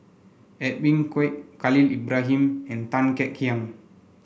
Edwin Koek Khalil Ibrahim and Tan Kek Hiang